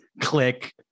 Click